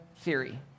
theory